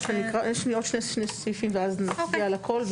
יש לי עוד שני סעיפים ואז נצביע על הכל,